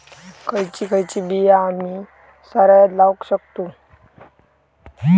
खयची खयची बिया आम्ही सरायत लावक शकतु?